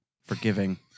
forgiving